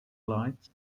lights